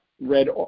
read